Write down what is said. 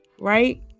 right